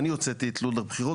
אני הוצאתי את לו"ז הבחירות,